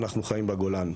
אנחנו חיים בגולן,